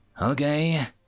Okay